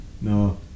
No